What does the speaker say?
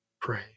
pray